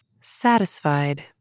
Satisfied